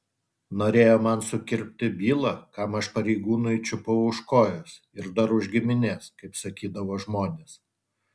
norėjo man sukirpti bylą kam aš pareigūnui čiupau už kojos ir dar už giminės kaip sakydavo žmonės